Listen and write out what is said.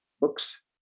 books